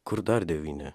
kur dar devyni